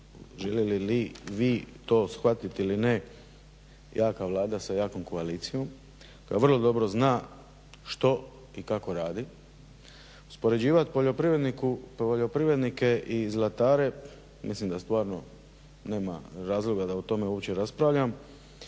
željeli vi to shvatiti ili ne, ja kao Vlada sa jakom koalicijom koja vrlo dobro zna što i kako radi, uspoređivati poljoprivrednike i zlatare mislim da stvarno nema razloga da o tome uopće raspravljam,